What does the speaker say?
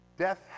Death